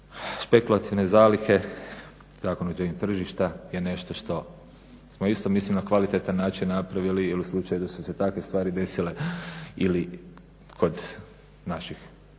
Špekulativne zalihe, … tržišta je nešto što smo isto mislim na kvalitetan način napravili ili slučaj da su se takve stvari desile ili kod naših